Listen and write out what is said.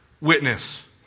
witness